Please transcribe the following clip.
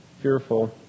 fearful